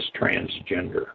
transgender